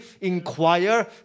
inquire